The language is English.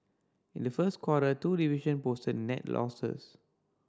in the first quarter two division posted net losses